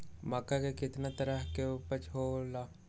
मक्का के कितना तरह के उपज हो ला?